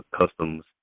customs